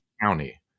county